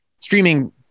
streaming